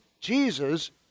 Jesus